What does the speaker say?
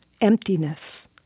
emptiness